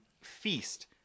feast